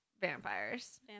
vampires